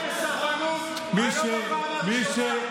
אתה תומך בסרבנות, ולא בפעם הראשונה.